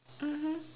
mmhmm